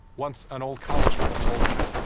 once an old college friend told me.